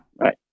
Right